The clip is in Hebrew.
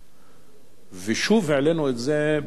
ושוב העלינו את זה בשנת 2010,